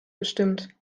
gestimmt